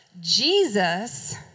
Jesus